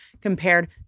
compared